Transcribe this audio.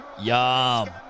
Yum